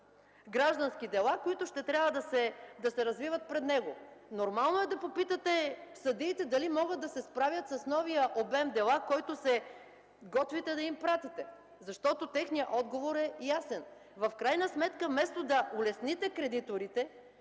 граждански дела, които ще трябва да се развиват пред него? Нормално е да попитате съдиите ще могат ли да се справят с новия обем дела, който се готвите да им пратите. Техният отговор е ясен. В крайна сметка, вместо да улесните кредиторите,